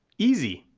easy.